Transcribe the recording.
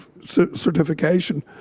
certification